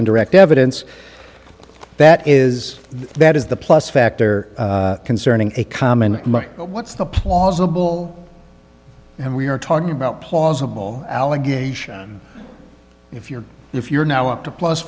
within direct evidence that is that is the plus factor concerning a common what's the plausible and we are talking about plausible allegation if you're if you're now up to plus